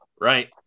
right